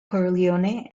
corleone